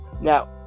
Now